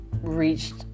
reached